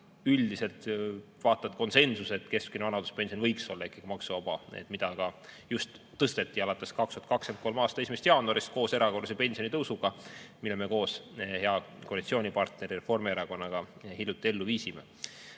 olnud vaata et konsensus, et keskmine vanaduspension võiks olla ikkagi maksuvaba. Seda määra tõsteti alates 2023. aasta 1. jaanuarist koos erakorralise pensionitõusuga, mille me koos hea koalitsioonipartneri Reformierakonnaga hiljuti ellu viisime.